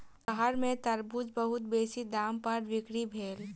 शहर में तरबूज बहुत बेसी दाम पर बिक्री भेल